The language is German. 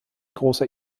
großer